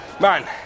Man